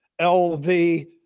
LV